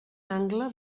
angle